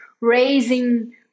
raising